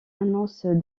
annonce